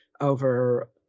over